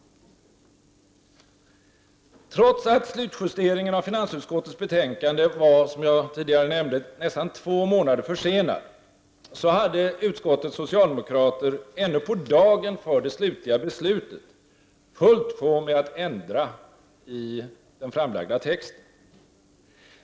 Trots att slutjusteringen av finansutskottets betänkande var, som jag tidigare nämnde, nästan två månader försenad, hade utskottets socialdemokrater ännu på dagen för det slutliga beslutet fullt sjå med att ändra i den framlagda texten.